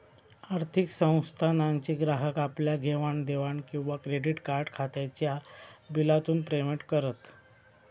आर्थिक संस्थानांचे ग्राहक आपल्या घेवाण देवाण किंवा क्रेडीट कार्ड खात्याच्या बिलातून पेमेंट करत